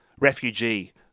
refugee